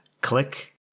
Click